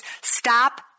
stop